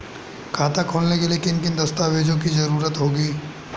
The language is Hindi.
खाता खोलने के लिए किन किन दस्तावेजों की जरूरत होगी?